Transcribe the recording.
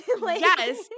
Yes